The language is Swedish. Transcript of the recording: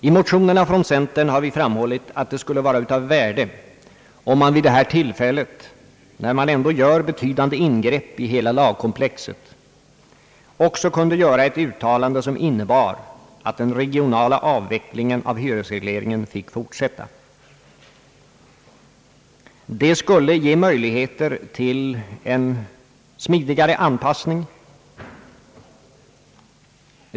I centermotionerna har vi framhållit att det skulle vara av värde om man vid detta tillfälle när man ändå gör betydande ingrepp i hela lagkomplexet också kunde göra ett uttalande som innebar att den regionala avvecklingen av hyresregleringen fick fortsätta. Det skulle ge möjligheter till en smidigare anpassning.